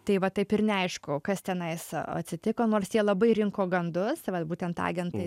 tai va taip ir neaišku kas tenais atsitiko nors jie labai rinko gandus vat būtent agentai